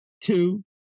Two